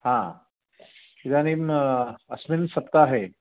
आम् इदानीम् अस्मिन् सप्ताहे